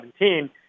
2017